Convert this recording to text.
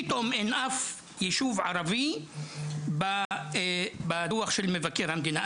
פתאום אין שום יישוב ערבי בדוח של מבקר המדינה.